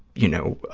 you know,